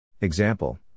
Example